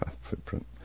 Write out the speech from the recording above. footprint